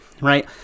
right